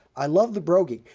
i love the broguing,